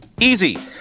Easy